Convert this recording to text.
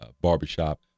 barbershop